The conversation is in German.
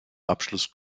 abschluss